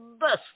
best